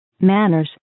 Manners